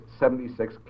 76